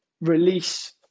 release